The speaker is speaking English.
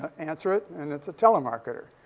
answer it. and it's a telemarketer.